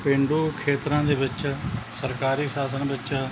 ਪੇਂਡੂ ਖੇਤਰਾਂ ਦੇ ਵਿੱਚ ਸਰਕਾਰੀ ਸ਼ਾਸਨ ਵਿੱਚ